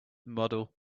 model